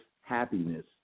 happiness